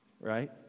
right